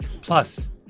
Plus